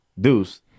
Deuce